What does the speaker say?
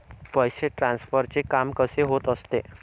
पैसे ट्रान्सफरचे काम कसे होत असते?